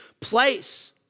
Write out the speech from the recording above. place